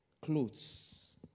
clothes